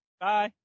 Bye